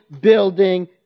building